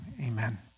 amen